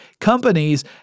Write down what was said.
Companies